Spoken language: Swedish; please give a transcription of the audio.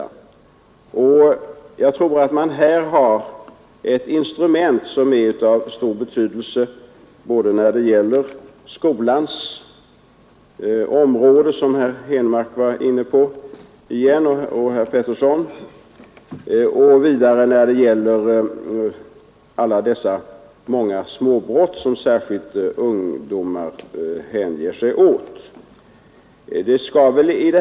Jag tror att man här har ett instrument som är av stor betydelse både när det gäller skolans område, som herr Henmark och även herr Gustavsson var inne på, och vidare när det gäller alla dessa många småbrott som särskilt ungdomar hänger sig åt.